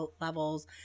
levels